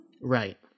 Right